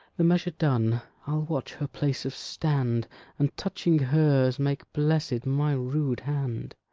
the measure done, i'll watch her place of stand and, touching hers, make blessed my rude hand.